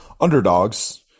underdogs